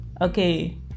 Okay